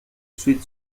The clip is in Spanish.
sweet